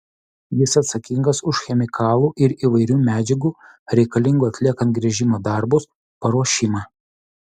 jis atsakingas už chemikalų ir įvairių medžiagų reikalingų atliekant gręžimo darbus paruošimą